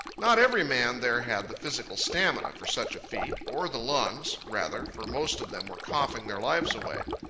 not every man there had the physical stamina for such a feat, or the lungs, rather, for most of them were coughing their lives away.